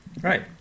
right